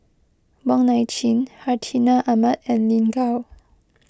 Wong Nai Chin Hartinah Ahmad and Lin Gao